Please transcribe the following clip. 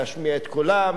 יוכלו להשמיע את קולן.